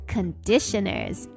Conditioners